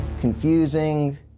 confusing